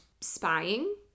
spying